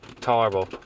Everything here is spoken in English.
tolerable